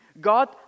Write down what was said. God